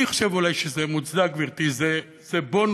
אני חושב אולי שזה מוצדק, גברתי, זה בונוס